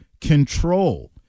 control